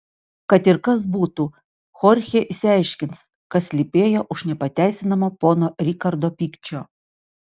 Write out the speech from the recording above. kad ir kas būtų chorchė išsiaiškins kas slypėjo už nepateisinamo pono rikardo pykčio